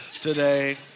today